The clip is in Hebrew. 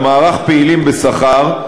מערך פעילים בשכר: